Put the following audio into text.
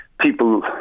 people